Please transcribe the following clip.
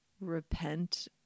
repent